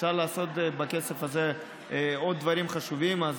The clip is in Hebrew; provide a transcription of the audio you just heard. אפשר לעשות בכסף הזה עוד דברים חשובים.